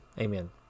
Amen